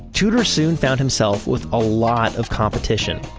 tudor soon found himself with a lot of competition.